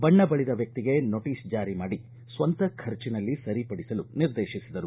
ಬಣ್ಣ ಬಳದ ವ್ಹಿಗೆ ನೋಟಸ್ ಜಾರಿ ಮಾಡಿ ಸ್ವಂತ ಖರ್ಚನಲ್ಲಿ ಸರಿಪಡಿಸಲು ನಿರ್ದೇತಿಸಿದರು